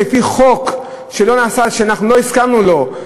לפי חוק שאנחנו לא הסכמנו לו,